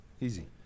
Easy